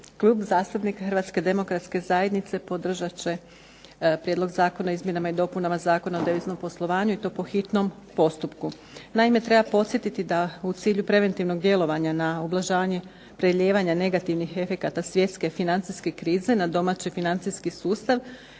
Klub zastupnika Hrvatske demokratske zajednice podržat će Prijedlog zakona o izmjenama i dopunama Zakona o deviznom poslovanju i to po hitnom postupku. Naime, treba podsjetiti da u cilju preventivnog djelovanja na ublažavanje prelijevanja negativnih efekata svjetske financijske krize na domaći financijski sustav